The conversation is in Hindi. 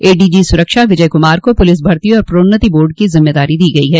एडीजो सुरक्षा विजय कुमार को पुलिस भर्ती और प्रोन्नति बोर्ड की ज़िम्मेदारी दी गयी है